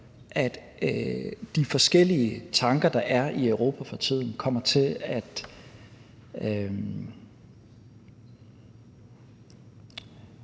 de forskellige tanker, der er i Europa for tiden, at der ikke